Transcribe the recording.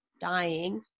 dying